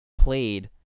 played